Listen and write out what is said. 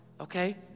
okay